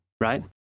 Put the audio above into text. right